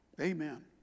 Amen